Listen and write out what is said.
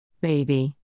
Baby